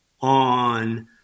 on